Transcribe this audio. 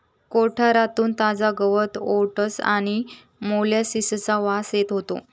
कोठारातून ताजा गवत ओट्स आणि मोलॅसिसचा वास येत होतो